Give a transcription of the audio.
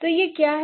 तो यह क्या है